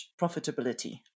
profitability